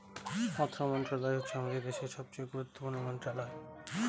অর্থ মন্ত্রণালয় হচ্ছে আমাদের দেশের সবচেয়ে গুরুত্বপূর্ণ মন্ত্রণালয়